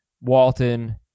Walton